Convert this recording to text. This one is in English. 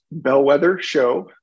bellwethershow